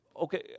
okay